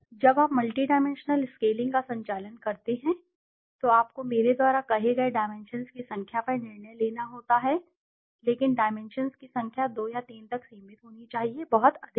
जब आप multidimensional scaling का संचालन करते हैं तो आपको मेरे द्वारा कहे गए डाइमेंशन्स की संख्या पर निर्णय लेना होता है लेकिन डाइमेंशन्स की संख्या 2 या 3 तक सीमित होनी चाहिए बहुत अधिक नहीं